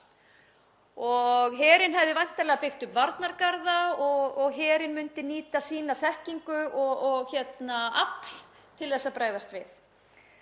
Herinn hefði væntanlega byggt upp varnargarða og herinn myndi nýta sína þekkingu og afl til að bregðast við.